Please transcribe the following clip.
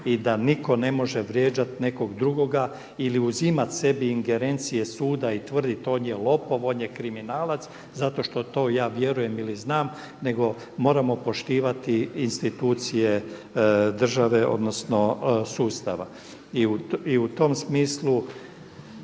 i da nitko ne može vrijeđati nekog drugoga ili uzimati sebi ingerencije suda i tvrditi on je lopov, on je kriminalac zato što to ja vjerujem ili znam nego moramo poštivati institucije države odnosno sustava. I u tom smislu